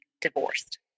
divorced